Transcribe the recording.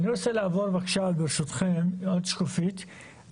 אני רוצה לעבור ברשותכם לשקופית הבאה,